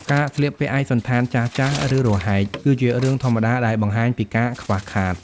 ការស្លៀកពាក់ឯកសណ្ឋានចាស់ៗ ឬរហែក គឺជារឿងធម្មតា ដែលបង្ហាញពីការខ្វះខាត។